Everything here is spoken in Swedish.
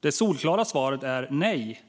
Det solklara svaret är nej.